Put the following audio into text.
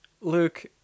Luke